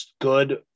good